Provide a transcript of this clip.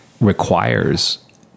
requires